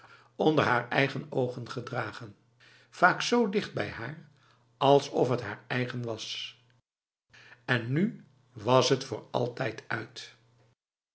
onder haar eigen ogen gedragen vaak z dichtbij haar alsof het haar eigen was en nu was het voor altijd uit